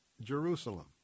Jerusalem